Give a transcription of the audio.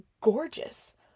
gorgeous